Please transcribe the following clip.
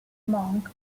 monk